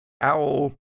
Owl